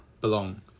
belong